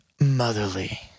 motherly